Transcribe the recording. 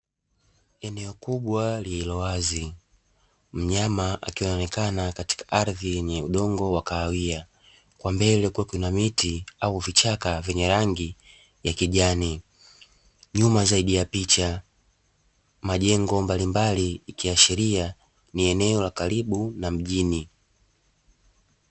Eneo kubwa lililowazi, mnyama akionekana katika ardhi yenye udongo wa kahawia. Kwa mbele kuna miti au vichaka vyenye rangi ya kijani. Nyuma zaidi ya picha majengo mbalimbali ikiashiria ni eneo la karibu na mjini.